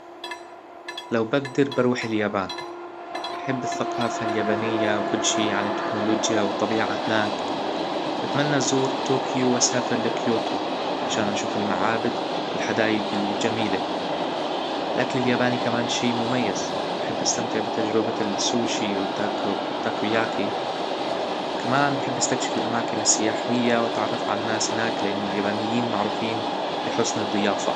لو بجدر بروح اليابان أحب الثقافة اليابانيه وكل شئ عن التكنولوجيا والطبيعه هناك واتمنى أزور طوكيو وأسافر لكيوتو علشان أشوف المعابد و الحدايج الجميله الأكل اليابانى كمان شئ مميز وأحب أستمتع بتجربه السوشي والتاكو- تاكوياكى كمان أحب أستكشف الأماكن السياحيه وأتعرف على الناس هناك لأن اليابانيين معروفين بحسن الضيافه